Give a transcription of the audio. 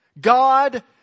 God